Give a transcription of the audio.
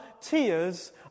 tears